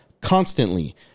constantly